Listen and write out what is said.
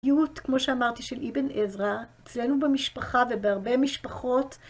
איכות, כמו שאמרתי, של אבן עזרא, אצלנו במשפחה ובהרבה משפחות.